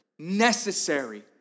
necessary